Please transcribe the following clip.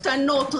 קטנות,